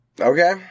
Okay